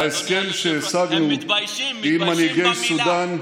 וההסכם שהשגנו עם מנהיגי סודאן.